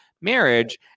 marriage